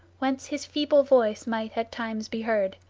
whence his feeble voice might at times be heard.